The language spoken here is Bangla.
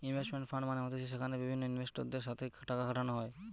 ইনভেস্টমেন্ট ফান্ড মানে হতিছে যেখানে বিভিন্ন ইনভেস্টরদের সাথে টাকা খাটানো হয়